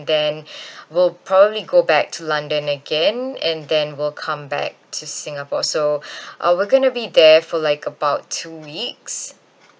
then we'll probably go back to london again and then we'll come back to singapore so uh we're going to be there for like about two weeks